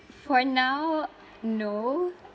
for now no